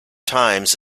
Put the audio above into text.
times